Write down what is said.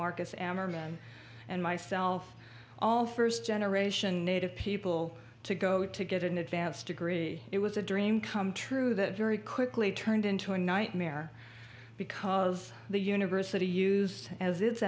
marcus ammerman and myself all first generation native people to go to get an advanced degree it was a dream come true that very quickly turned into a nightmare because the university used as it